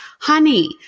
Honey